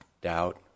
doubt